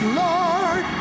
lord